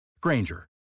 Granger